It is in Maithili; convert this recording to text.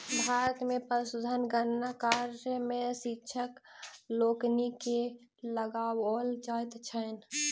भारत मे पशुधन गणना कार्य मे शिक्षक लोकनि के लगाओल जाइत छैन